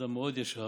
אדם מאוד ישר,